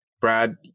Brad